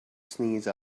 sneeze